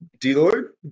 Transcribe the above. D-Lord